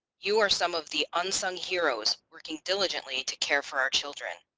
you are some of the unsung heroes working diligently to care for our children.